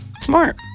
smart